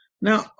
Now